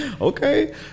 Okay